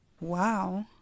Wow